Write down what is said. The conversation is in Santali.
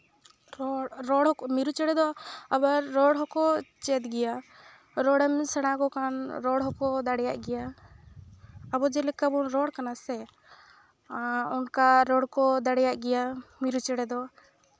ᱨᱚᱲ ᱨᱚᱲ ᱦᱚᱸ ᱢᱤᱨᱩ ᱪᱮᱬᱮ ᱫᱚ ᱟᱵᱟᱨ ᱨᱚᱲ ᱦᱚᱸᱠᱚ ᱪᱮᱫ ᱜᱮᱭᱟ ᱨᱚᱲᱮᱢ ᱥᱮᱬᱟᱣ ᱠᱚ ᱠᱷᱟᱱ ᱨᱚᱲ ᱦᱚᱸᱠᱚ ᱫᱟᱲᱮᱭᱟᱜ ᱜᱮᱭᱟ ᱟᱵᱚ ᱡᱮᱞᱮᱠᱟ ᱵᱚᱱ ᱨᱚᱲ ᱠᱟᱱᱟ ᱥᱮ ᱚᱱᱠᱟ ᱨᱚᱲ ᱠᱚ ᱫᱟᱲᱮᱭᱟᱜ ᱜᱮᱭᱟ ᱢᱤᱨᱩ ᱪᱮᱬᱮ ᱫᱚ